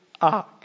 Ark